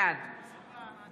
בעד